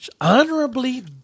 Honorably